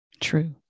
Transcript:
True